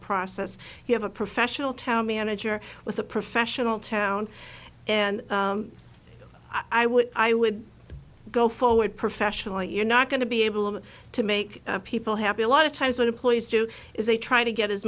process you have a professional town manager with a professional town and i would i would go forward professionally you're not going to be able to make people happy a lot of times when employees do is they try to get as